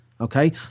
okay